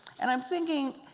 and i'm thinking,